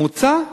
בממוצע,